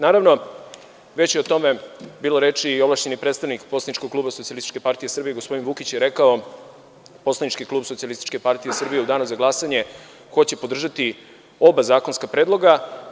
Naravno, već je o tome bilo reči i ovlašćeni predstavnik poslaničkog kluba Socijalističke partije Srbije, gospodin Vukić je rekao da će poslanički klub Socijalističke partije Srbije u danu za glasanje podržati oba zakonska predloga.